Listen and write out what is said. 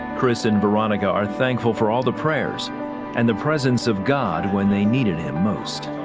chris and veronica are thankful for all the prayers and the presence of god when they needed him most.